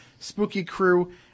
SpookyCrew